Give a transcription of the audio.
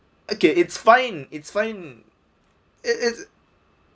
okay it's fine it's fine it it